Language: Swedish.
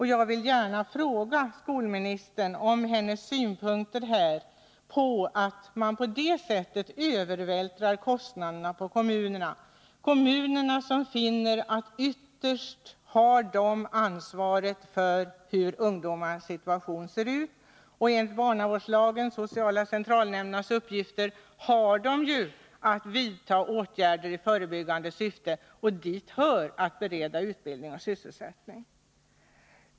Jag vill gärna fråga skolministern om hennes synpunkter på att kostnaderna på detta sätt övervältras på kommunerna. Kommunerna har ju det yttersta ansvaret för ungdomarnas situation. Enligt barnavårdslagen har sociala centralnämnderna att vidta åtgärder i förebyggande syfte, och dit hör att bereda utbildning och sysselsättning.